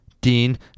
Dean